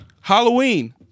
Halloween